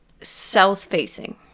south-facing